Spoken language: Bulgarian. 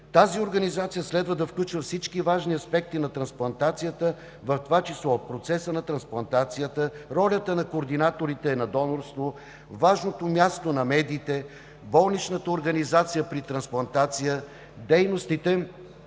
Тази организация следва да включва всички важни аспекти на трансплантацията, в това число в процеса на трансплантацията, ролята на координаторите на донорство, важното място на медиите, болничната организация при трансплантация, дейностите